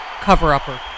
cover-upper